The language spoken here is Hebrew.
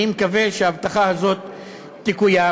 אני מקווה שההבטחה הזאת תקוים.